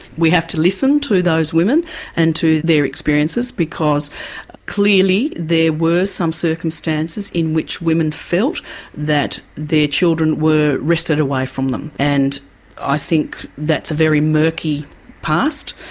we have to listen to those women and to their experiences because clearly there were some circumstances in which women felt that their children were wrested away from them, and i think that's a very murky past.